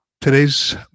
Today's